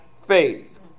faith